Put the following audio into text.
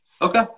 Okay